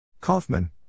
Kaufman